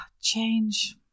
change